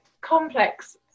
complex